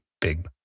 big